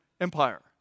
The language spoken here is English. Empire